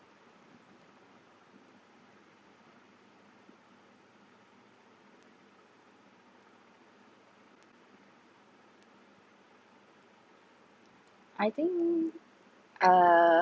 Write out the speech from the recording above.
I think uh